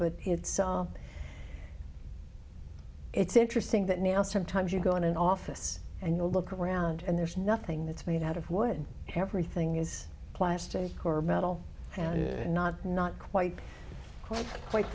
but it's it's interesting that now sometimes you go in an office and you look around and there's nothing that's made out of wood everything is plastic or metal not not quite quite